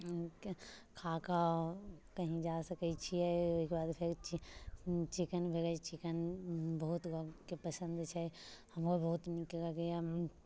खा कऽ कहीँ जा सकैत छियै ओहिके बाद फेर चि चिकन भेलै चिकन बहुत लोकके पसन्द छै हमरो बहुत नीक लगैए